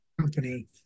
company